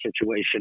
situation